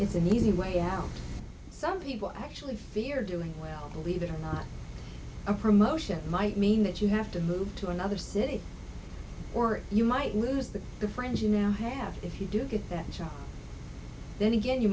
it's an easy way out some people actually fear doing well believe it or not a promotion might mean that you have to move to another city or you might lose the the friends you now have if you do get that job then again you